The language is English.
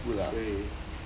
对